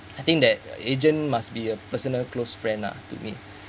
I think that agent must be a personal close friend lah to me